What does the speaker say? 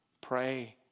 pray